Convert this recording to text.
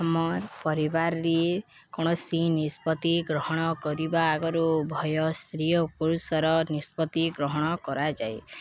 ଆମର ପରିବାରରେ କୌଣସି ନିଷ୍ପତ୍ତି ଗ୍ରହଣ କରିବା ଆଗରୁ ଉଭୟ ସ୍ତ୍ରୀ ଓ ପୁରୁଷର ନିଷ୍ପତ୍ତି ଗ୍ରହଣ କରାଯାଏ